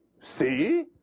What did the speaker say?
See